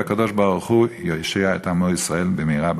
והקדוש-ברוך-הוא יושיע את עמו ישראל במהרה.